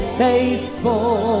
faithful